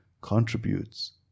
contributes